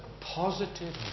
positive